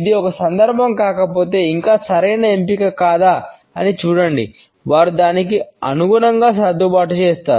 ఇది ఒక సందర్భం కాకపోతే ఇంకా సరైన ఎంపిక కాదా అని చూడండి వారు దానికి అనుగుణంగా సర్దుబాటు చేస్తారు